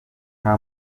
nta